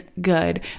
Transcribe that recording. good